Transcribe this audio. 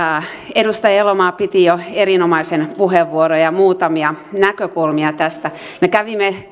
edustaja elomaa piti jo erinomaisen puheenvuoron ja muutamia näkökulmia tästä me kävimme